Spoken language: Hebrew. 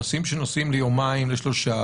אנשים שנוסעים ליומיים או שלושה,